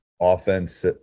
offense